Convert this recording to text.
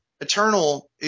Eternal